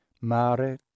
Mare